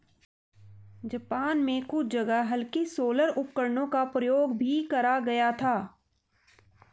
Japan में कुछ जगह हल्के सोलर उपकरणों का प्रयोग भी करा गया था